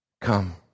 come